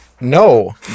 no